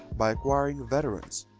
by acquiring veterans,